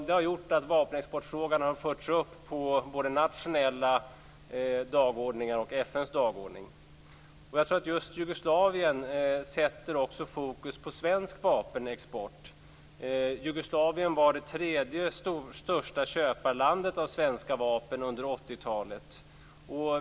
Det har gjort att vapenexportfrågan har förts upp på både nationella dagordningar och FN:s dagordning. Jag tror att just Jugoslavien sätter fokus också på svensk vapenexport. Jugoslavien var det tredje största köparlandet av svenska vapen under 80-talet.